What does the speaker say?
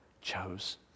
chose